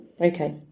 okay